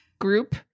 group